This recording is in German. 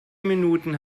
minuten